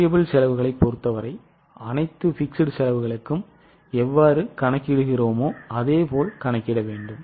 மாறி செலவுகளைப் பொருத்தவரை அனைத்து நிலையான செலவுகளுக்கும் எவ்வாறு கணக்கிடுகிறோமோ அப்படி கணக்கிட வேண்டும்